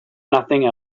nothing